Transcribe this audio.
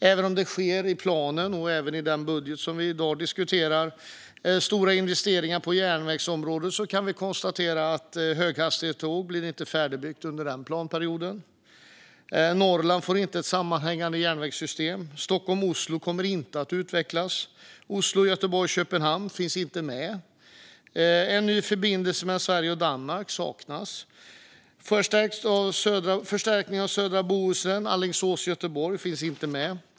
Även om det i planen och i den budget som vi i dag diskuterar görs stora investeringar på järnvägens område kan vi konstatera att höghastighetståg inte blir färdigbyggda under den planperioden. Norrland får inte ett sammanhängande järnvägssystem. Stockholm-Oslo kommer inte att utvecklas. Oslo-Göteborg-Köpenhamn finns inte med. En ny förbindelse mellan Sverige och Danmark saknas. Förstärkning av södra Bohusbanan och Alingsås-Göteborg finns inte med.